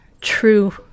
true